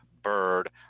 bird